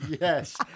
Yes